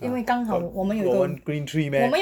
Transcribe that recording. !huh! 我我们 green tree meh